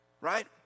right